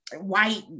white